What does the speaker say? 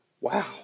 Wow